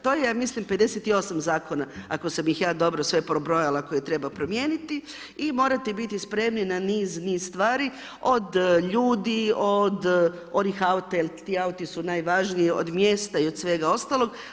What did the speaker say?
To je ja mislim 58 zakona ako sam ih ja dobro sve pobrojala koje treba promijeniti i morate biti spremni na niz, niz stvari od ljudi, od onih auti jer ti auti su najvažniji, od mjesta i od svega ostalog.